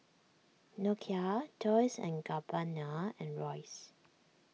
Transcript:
Nokia Dolce and Gabbana and Royce